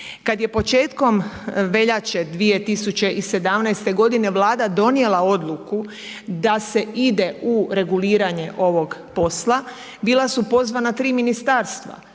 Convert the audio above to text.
Kad je početkom veljače 2017. godine Vlada donijela odluku da se ide u reguliranje ovog posla, bila su pozvana 3 Ministarstva